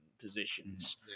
positions